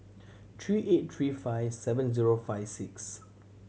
three eight three five seven zero five six